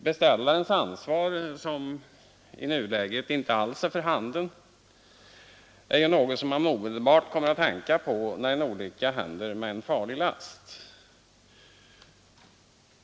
Beställarens ansvar — som i nuläget inte alls är för handen — är något som man omedelbart kommer att tänka på när en olycka händer med en farlig last.